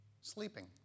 sleeping